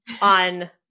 on